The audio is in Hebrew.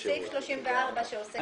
אנחנו סעיף 34 שעוסק בדירקטוריון.